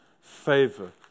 favor